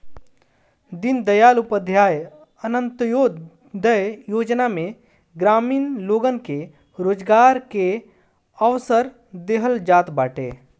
दीनदयाल उपाध्याय अन्त्योदय योजना में ग्रामीण लोगन के रोजगार के अवसर देहल जात बाटे